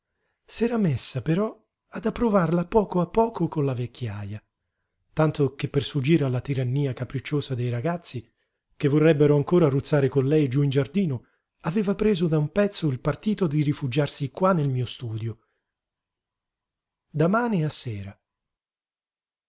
casa s'era messa però ad approvarla a poco a poco con la vecchiaja tanto che per sfuggire alla tirannia capricciosa dei ragazzi che vorrebbero ancora ruzzare con lei giú in giardino aveva preso da un pezzo il partito di rifugiarsi qua nel mio studio da mane a sera